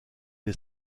des